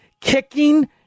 Kicking